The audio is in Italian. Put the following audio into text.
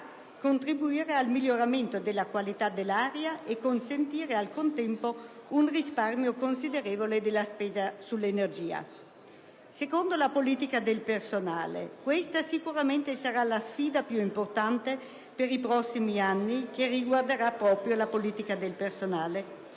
contribuire al miglioramento della qualità dell'aria e consentire al contempo un risparmio considerevole della spesa sull'energia. La politica del personale sicuramente sarà la sfida più importante per i prossimi anni. Siamo in una situazione